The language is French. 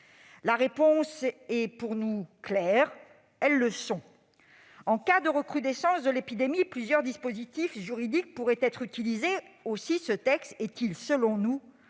La réponse est pour nous claire : elles le sont. En cas de recrudescence de l'épidémie, plusieurs dispositifs juridiques pourraient être utilisés. Aussi ce texte est-il, selon nous,